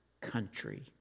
country